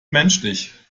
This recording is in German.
menschlich